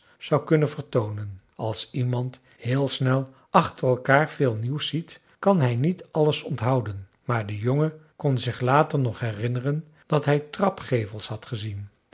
zou kunnen vertoonen als iemand heel snel achter elkaar veel nieuws ziet kan hij niet alles onthouden maar de jongen kon zich later nog herinneren dat hij trapgevels had gezien